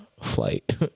flight